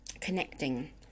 connecting